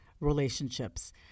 relationships